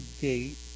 gate